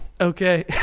Okay